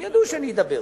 הם ידעו שאני אדבר.